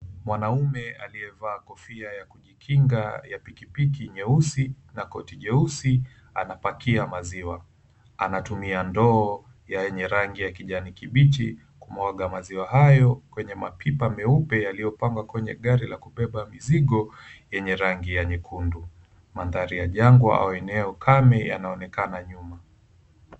Mwanaume aliyevaa kofia ya kujikinga ya pikipiki nyeusi na koti jeusi anapakia maziwa. Anatumia ndoo yenye rangi ya kijani kibichi kumwaga maziwa hayo kwenye mapipa meupe yaliyopangwa kwenye gari la kubeba mizigo yenye rangi ya nyekundu. Mandhari ya jangwa au eneo kame yanaonekana juu.